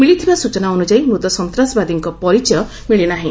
ମିଳିଥିବା ସୂଚନା ଅନୁଯାୟୀ ମୃତ ସନ୍ତ୍ରାସବାଦୀଙ୍କ ପରିଚୟ ମିଳି ନାହିଁ